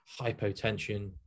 hypotension